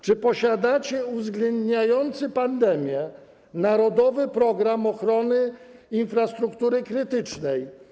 Czy posiadacie uwzględniający pandemię narodowy program ochrony infrastruktury krytycznej?